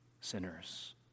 sinners